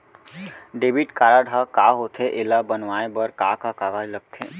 Debit card ह का होथे एला बनवाए बर का का कागज लगथे?